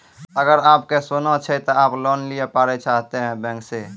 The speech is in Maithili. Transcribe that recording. अगर आप के सोना छै ते आप लोन लिए पारे चाहते हैं बैंक से?